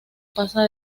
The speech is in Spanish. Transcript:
pasa